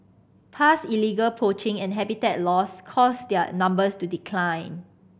past illegal poaching and habitat loss caused their numbers to decline